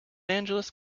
angeles